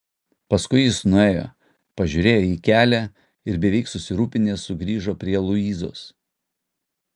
paskui jis nuėjo pažiūrėjo į kelią ir beveik susirūpinęs sugrįžo prie luizos